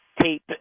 tape